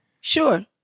Sure